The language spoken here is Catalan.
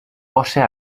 poso